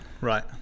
right